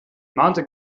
mahnte